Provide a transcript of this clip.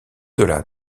delà